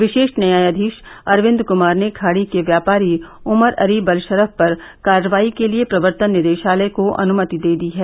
विशेष न्यायाधीश अरविंद कुमार ने खाड़ी के व्यापारी उमर अली बलशरफ पर कार्रवाई के लिए प्रवर्तन निदेशालय को अनुमति दे दी है